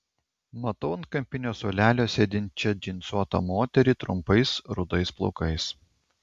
matau ant kampinio suolelio sėdinčią džinsuotą moterį trumpais rudais plaukais